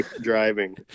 Driving